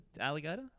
alligator